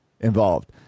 involved